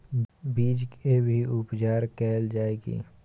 बीज के भी उपचार कैल जाय की?